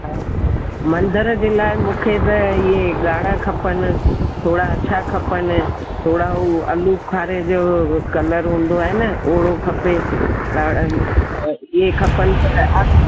हा मंदर जे लाइ मूंखे त इहे ॻाढ़ा खपनि थोरा अच्छा खपनि थोरा उहे आलू बुखारे जो कलर हूंदो आहे न ओड़ो खपे त त इहे खपनि